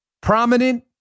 prominent